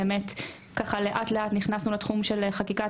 באמת ככה לאט לאט נכנסו לתחום של חקיקת